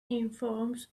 informs